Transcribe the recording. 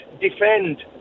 defend